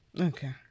Okay